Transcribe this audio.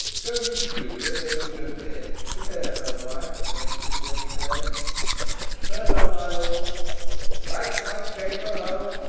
go you to juliet, ere you go to bed, prepare her, wife, against this wedding-day farewell, my lord light to my chamber, ho